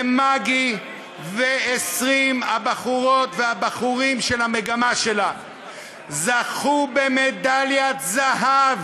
ומגי ו-20 הבחורות והבחורים של המגמה שלה זכו במדליית זהב.